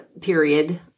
period